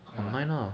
what kind [one]